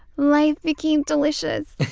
life became delicious.